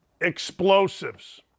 explosives